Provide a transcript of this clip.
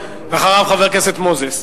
ואחריו חבר הכנסת מוזס,